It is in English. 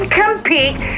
compete